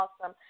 awesome